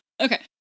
Okay